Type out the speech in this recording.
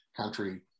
country